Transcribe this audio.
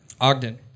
Ogden